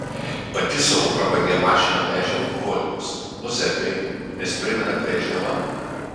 pati savo prabangia mašina vežė alkoholikus o zekai nes primena brežnevą